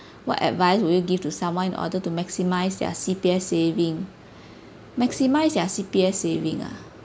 what advice would you give to someone in order to maximise their C_P_F saving maximise their C_P_F savings ah